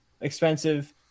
expensive